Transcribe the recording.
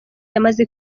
yamaze